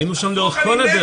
היינו שם לאורך כל הדרך.